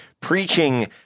preaching